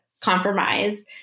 compromise